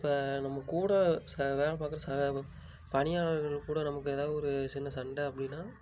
இப்போ நம்ம கூட ச வேலை பார்க்குற சக பணியாளர்கள் கூட நமக்கு ஏதாவது ஒரு சின்ன சண்டை அப்படினா